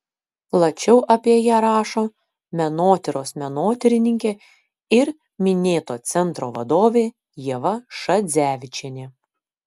plačiau apie ją rašo menotyros menotyrininkė ir minėto centro vadovė ieva šadzevičienė